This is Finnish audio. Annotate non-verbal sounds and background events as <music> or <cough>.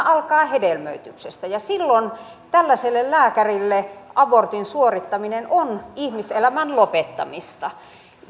<unintelligible> alkaa hedelmöityksestä ja silloin tällaiselle lääkärille abortin suorittaminen on ihmiselämän lopettamista